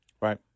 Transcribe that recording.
Right